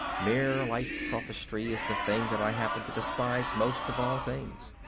mere light sophistry is the thing that i happen to despise most of all things,